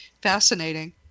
fascinating